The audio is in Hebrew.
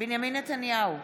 בנימין נתניהו,